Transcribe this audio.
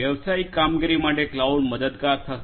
વ્યવસાયિક કામગીરી માટે ક્લાઉડ મદદગાર થશે